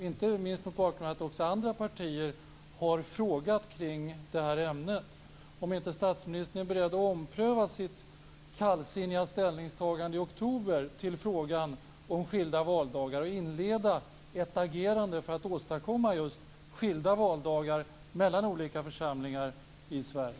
Inte minst mot bakgrund av att även andra partier har ställt frågor i det här ämnet, undrar jag om inte statsministern nu är beredd att ompröva sitt kallsinniga ställningstagande i oktober till frågan om skilda valdagar, och inleda ett agerande för att åstadkomma skilda valdagar mellan olika församlingar i Sverige.